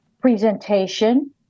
presentation